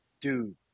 Dude